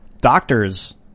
doctors